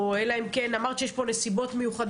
או אלא אם כן אמרת שיש פה נסיבות מיוחדות,